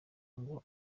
ngo